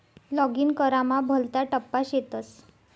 login करामा भलता टप्पा शेतस